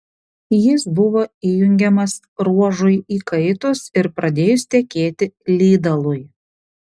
jis buvo įjungiamas ruožui įkaitus ir pradėjus tekėti lydalui